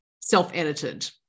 self-edited